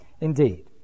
indeed